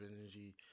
energy